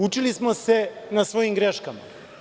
Učili smo se na svojim greškama.